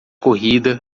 corrida